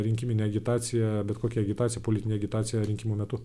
rinkiminė agitacija bet kokia agitacija politinė agitacija rinkimų metu